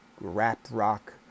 rap-rock